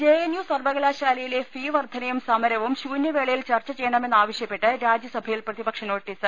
J N U സർവ്വകലാശാലയിലെ fee വർദ്ധനയും സമ രവും ശ്യൂനൃവേളയിൽ ചർച്ച ചെയ്യണമെന്നാവശ്യപ്പെട്ട് രാജ്യ സഭയിൽ പ്രതിപക്ഷ നോട്ടീസ്